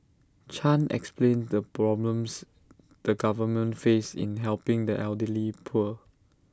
chan explained the problems the government face in helping the elderly poor